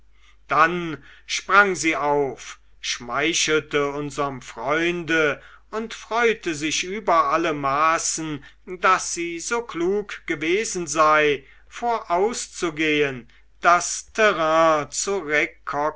dann sprang sie auf schmeichelte unserm freunde und freute sich über alle maßen daß sie so klug gewesen sei vorauszugehen das terrain zu